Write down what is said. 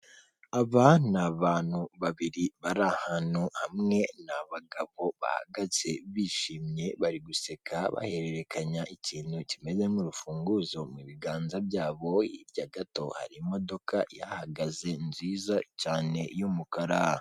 Aba ni abantu babiri bari ahantu hamwe ni abagabo bahagaze bishimye bari guseka bahererekanya ikintu kimeze nk'urufunguzo mu biganza byabo, hirya gato hari imodoka ihahagaze nziza cyane y'umukara.